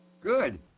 Good